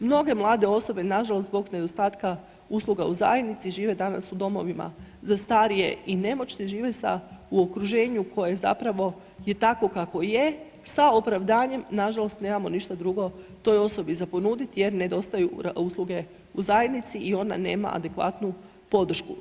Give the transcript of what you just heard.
Mnoge mlade osobe nažalost zbog nedostatka usluga u zajednici žive danas u domovima za starije i nemoćne, žive sa, u okruženju koje zapravo je takvo kakvo je, sa opravdanjem nažalost nemamo ništa drugo toj osobi za ponuditi jer nedostaju usluge u zajednici i ona nema adekvatnu podršku.